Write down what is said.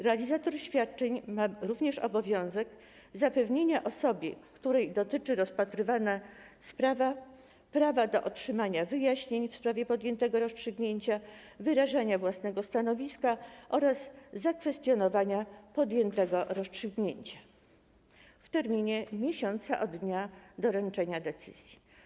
Realizator świadczeń ma również obowiązek zapewnienia osobie, której dotyczy rozpatrywana sprawa, prawa do otrzymywania wyjaśnień w sprawie podjętego rozstrzygnięcia, wyrażenia własnego stanowiska oraz zakwestionowania podjętego rozstrzygnięcia w terminie miesiąca od dnia doręczenia decyzji.